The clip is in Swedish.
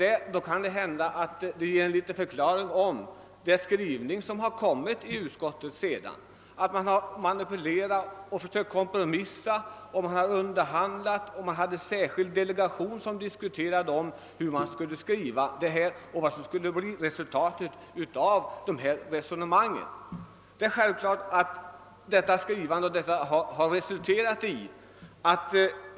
Detta kanske ger en liten förklaring till utskottets skrivning: man har försökt kompromissa och underhandla och man har haft en särskild delegation som diskuterat vilken skrivning som skulle bli ett resultat av resonemangen.